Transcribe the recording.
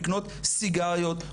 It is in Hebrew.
לקנות סיגריות,